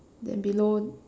then below